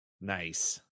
Nice